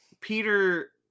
Peter